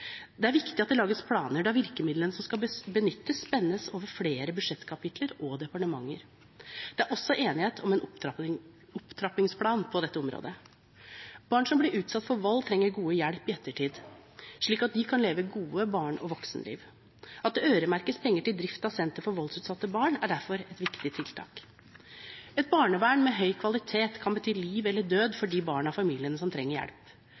Det er viktig at det lages planer, da virkemidlene som skal benyttes, spenner over flere budsjettkapitler og departementer. Det er også enighet om en opptrappingsplan på dette området. Barn som blir utsatt for vold, trenger god hjelp i ettertid, slik at de kan leve gode barne- og voksenliv. At det øremerkes penger til drift av senter for voldsutsatte barn, er derfor et viktig tiltak. Et barnevern med høy kvalitet kan bety liv eller død for de barna og familiene som trenger hjelp.